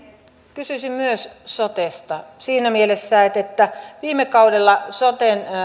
kysyisin myös sotesta siinä mielessä että viime kaudella soten